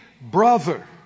brother